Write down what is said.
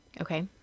Okay